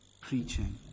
preaching